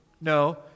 No